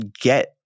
get